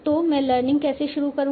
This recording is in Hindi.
तो मैं लर्निंग कैसे शुरू करूँगा